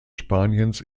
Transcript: spaniens